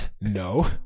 no